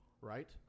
right